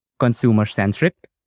consumer-centric